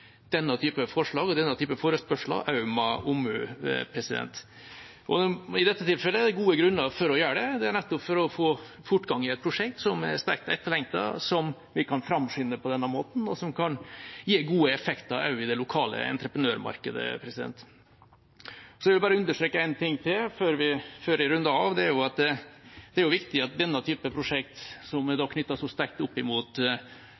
det er ikke hovedregelen. Derfor tenker jeg det også er viktig å behandle denne typen forslag og forespørsler med omhu, og i dette tilfellet er det gode grunner for å gjøre det. Det er nettopp for å få fortgang i et prosjekt som er sterkt etterlengtet, som vi kan framskynde på denne måten, og som kan gi gode effekter også i det lokale entreprenørmarkedet. Jeg vil bare understreke én ting til før jeg runder av: Det er viktig at en i denne typen prosjekt,